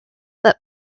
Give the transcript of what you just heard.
that